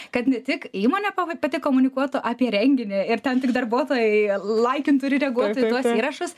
kad ne tik įmonė pava pati komunikuotų apie renginį ir ten tik darbuotojai laikintų ir reaguotų į tuos įrašus